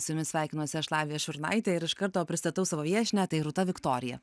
su jumis sveikinuosi aš lavija šurnaitė ir iš karto pristatau savo viešnią tai rūta viktorija